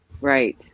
Right